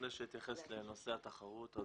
לפני שאתייחס לנושא התחרות,